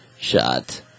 shot